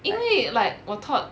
因为 like 我 thought